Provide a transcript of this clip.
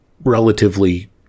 relatively